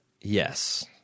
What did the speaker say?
Yes